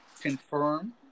confirm